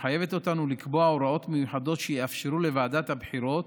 ומחייבת אותנו לקבוע הוראות מיוחדות שיאפשרו לוועדת הבחירות